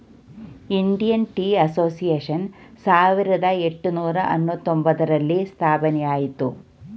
Indian tea association ಸಾವಿರದ ಏಟುನೂರ ಅನ್ನೂತ್ತ ಒಂದರಲ್ಲಿ ಸ್ಥಾಪನೆಯಾಯಿತು